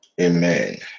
Amen